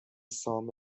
son